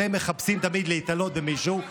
אתם תמיד מחפשים להיתלות במישהו.